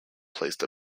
placed